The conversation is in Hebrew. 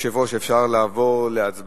מי שבעד, הוא בעד החוק.